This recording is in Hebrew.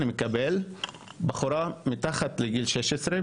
קיבלתי פנייה על בחורה שהיא מתחת לגיל 16,